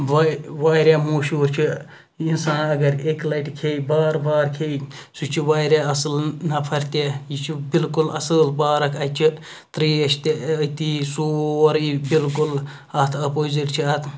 وا واریاہ مشہوٗر چھِ اِنسان اَگَر اَکہِ لَٹِہ کھیٚیہِ بار بار کھیٚیہِ سُہ چھُ واریاہ اَصل نَفَر تہِ یہِ چھ بِلکُل اَصل پارَک اَتہِ چھِ تریش تہِ أتی سورُے بِلکُل اتھ اَپوزِٹ چھِ اَتھ